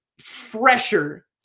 fresher